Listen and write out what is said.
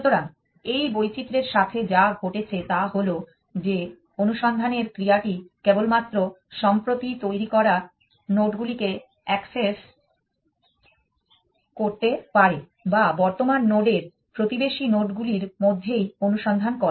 সুতরাং এই বৈচিত্র্যের সাথে যা ঘটেছে তা হল যে অনুসন্ধানের ক্রিয়াটি কেবলমাত্র সম্প্রতি তৈরী করা নোডগুলিকে অ্যাকসেস করতে পারে বা বর্তমান নোডের প্রতিবেশী নোডগুলির মধ্যেই অনুসন্ধান করে